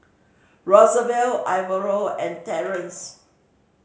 Rosevelt Alvaro and Terrence